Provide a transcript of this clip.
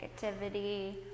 negativity